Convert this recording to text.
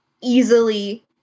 easily